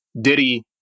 Diddy